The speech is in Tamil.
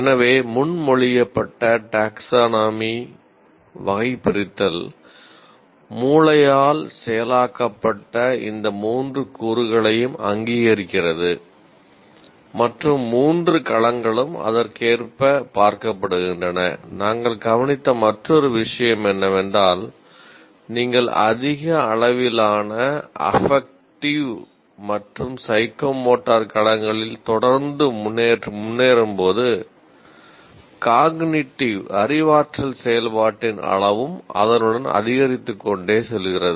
எனவே முன்மொழியப்பட்ட டாக்சோனாமி செயல்பாட்டின் அளவும் அதனுடன் அதிகரித்துக்கொண்டே செல்கிறது